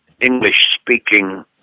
English-speaking